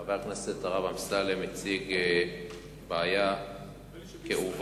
חבר הכנסת הרב אמסלם הציג בעיה כאובה